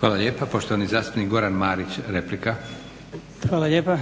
Hvala lijepo. Poštovani zastupnik Goran Marić replika. **Marić, Goran (HDZ)** Hvala lijepa.